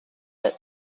but